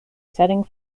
setting